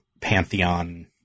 pantheon